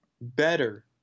Better